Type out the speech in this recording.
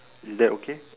is that okay